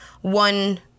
one